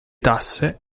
tasse